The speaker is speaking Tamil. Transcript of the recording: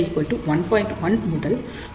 1 முதல்1